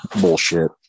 bullshit